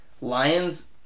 Lions